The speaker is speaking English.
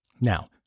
Now